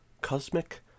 Cosmic